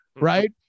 Right